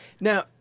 Now